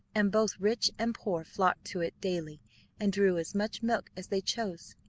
and both rich and poor flocked to it daily and drew as much milk as they chose.